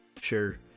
sure